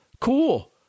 Cool